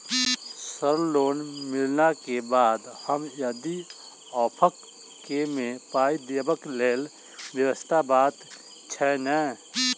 Sir loan मिलला केँ बाद हम यदि ऑफक केँ मे पाई देबाक लैल व्यवस्था बात छैय नै?